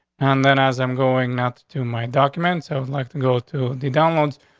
and then as i'm going out to my documents, i'd like to go to the download.